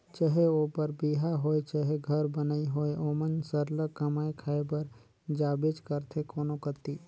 चहे ओ बर बिहा होए चहे घर बनई होए ओमन सरलग कमाए खाए बर जाबेच करथे कोनो कती